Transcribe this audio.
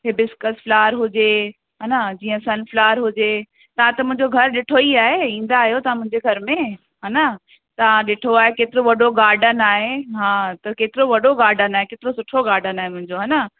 hibiscus flower हुजे हा न जीअं सनफ्लार हुजे तव्हां त मुंहिंजो घर ॾिठो ई आहे ईंदा आहियो तव्हां मुंहिंजे घर में हा न तव्हां ॾिठो आहे केतिरो वॾो गाडन आहे हा त केतिरो वॾो गाडन आहे केतिरो सुठो गाडन आहे मुंहिंजो हा न